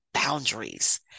boundaries